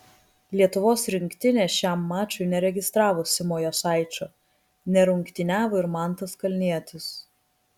lietuvos rinktinė šiam mačui neregistravo simo jasaičio nerungtyniavo ir mantas kalnietis